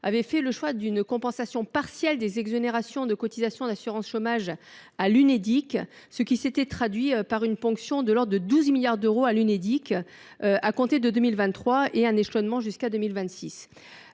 avait fait le choix d’une non compensation partielle des exonérations de cotisations d’assurance chômage à l’Unédic, ce qui s’était traduit par une ponction de l’ordre de 12 milliards d’euros sur cet organisme à compter de 2023, suivant un échelonnement jusqu’en 2026.